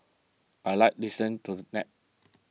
I like listen to the nap